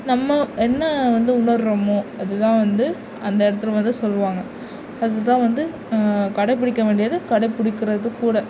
நம்ம என்ன வந்து உணர்கிறோமோ அது தான் வந்து அந்த இடத்துல வந்து சொல்வாங்க அது தான் வந்து கடைப்பிடிக்க வேண்டியது கடைப்பிடிக்கிறது கூட